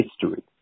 history